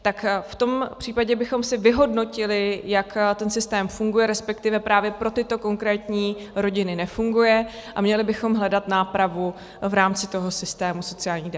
Tak v tom případě bychom si vyhodnotili, jak ten systém funguje, resp. právě pro tyto konkrétní rodiny nefunguje, a měli bychom hledat nápravu v rámci systému sociálních dávek.